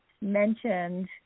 mentioned